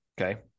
okay